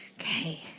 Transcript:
Okay